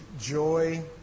joy